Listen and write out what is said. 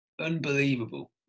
unbelievable